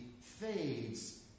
fades